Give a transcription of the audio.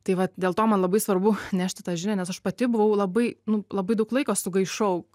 tai va dėl to labai svarbu nešti tą žinią nes aš pati buvau labai nu labai daug laiko sugaišau